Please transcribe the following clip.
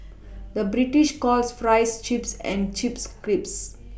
the British calls Fries Chips and Chips Crisps